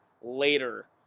later